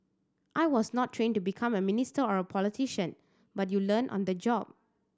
I was not trained to become a minister or a politician but you learn on the job